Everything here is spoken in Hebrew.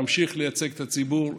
וממשיך לייצג את הציבור.